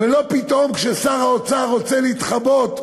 ולא פתאום, כששר האוצר רוצה להתחבא,